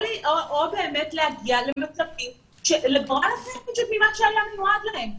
או להגיע לגורל אחר ממה שהיה מיועד להם.